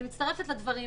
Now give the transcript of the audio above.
אני מצטרפת לדברים,